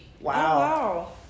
Wow